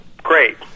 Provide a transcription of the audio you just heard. Great